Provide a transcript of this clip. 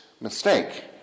mistake